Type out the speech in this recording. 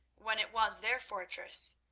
when it was their fortress,